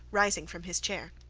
rising from his chair.